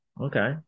Okay